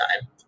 time